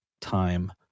time